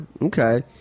Okay